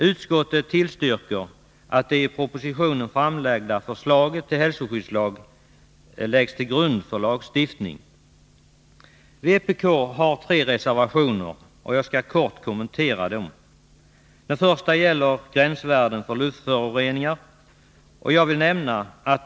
Utskottet tillstyrker att det i propositionen framlagda förslaget till hälsoskyddslag läggs till grund för lagstiftning. Vpk har tre reservationer, och jag skall kort kommentera dessa. Den första gäller ”gränsvärden för luftföroreningar”.